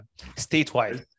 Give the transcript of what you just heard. statewide